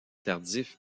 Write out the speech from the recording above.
tardif